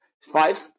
five